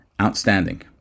outstanding